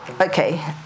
Okay